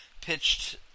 pitched